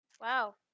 Wow